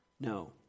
No